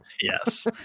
Yes